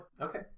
Okay